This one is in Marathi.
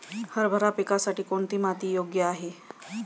हरभरा पिकासाठी कोणती माती योग्य आहे?